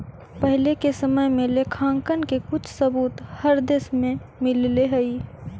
पहिले के समय में लेखांकन के कुछ सबूत हर देश में मिलले हई